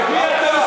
מי אתה,